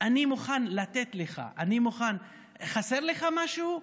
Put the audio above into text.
אני מוכן לתת לך, אני מוכן, חסר לך משהו?